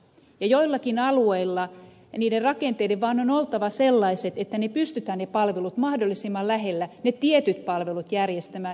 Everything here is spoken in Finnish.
joillakin alueilla niiden rakenteiden vaan on oltava sellaiset että pystytään ne palvelut mahdollisimman lähellä ne tietyt palvelut järjestämään